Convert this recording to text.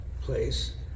place